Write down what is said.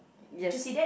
yes